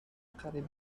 قریب